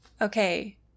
Okay